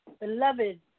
beloved